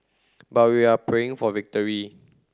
but we are praying for victory